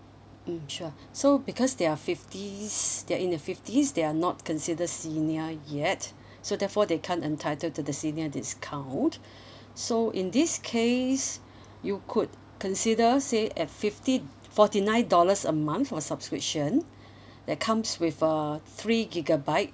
mm sure so because they are fifties they're in their fifties they are not consider senior yet so therefore they can't entitle to the senior discount so in this case you could consider say at fifty forty nine dollars a month for subscription that comes with uh three gigabyte